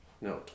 No